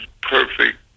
perfect